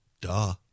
duh